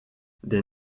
des